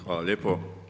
Hvala lijepo.